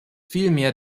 vielmehr